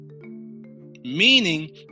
Meaning